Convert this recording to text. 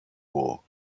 wall